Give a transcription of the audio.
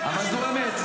אבל זו אמת.